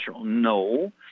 no